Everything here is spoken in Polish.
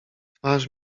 twarz